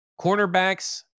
Cornerbacks